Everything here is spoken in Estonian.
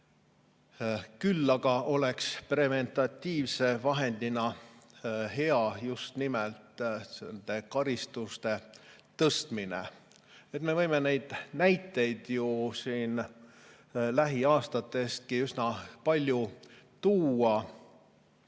Küll aga oleks preventiivse vahendina hea just nimelt nende karistuste tõstmine. Me võime neid näiteid ju siin lähiaastatestki üsna palju tuua,